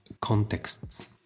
contexts